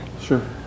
Sure